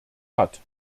hat